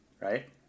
right